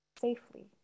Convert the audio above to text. safely